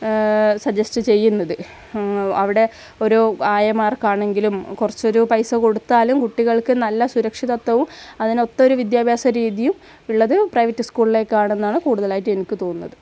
suggest ചെയ്യുന്നത് അവിടെ ഒരു ആയമാർക്ക് ആണെങ്കിലും കുറച്ച് ഒരു പൈസ കൊടുത്താലും കുട്ടികൾക്ക് നല്ല സുരക്ഷിതത്വവും അതിന് ഒത്തൊരു വിദ്യാഭ്യാസ രീതിയും ഉള്ളത് പ്രൈവറ്റ് സ്കൂളിലേക്ക് ആണെന്നാണ് കൂടുതലായിട്ടും എനിക്ക് തോന്നുന്നത്